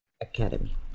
Academy